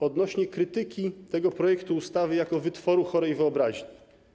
Odnośnie do krytyki tego projektu ustawy jako wytworu chorej wyobraźni.